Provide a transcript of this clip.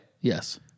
Yes